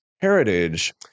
heritage